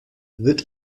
wird